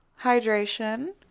Hydration